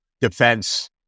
defense